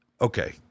okay